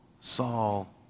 Saul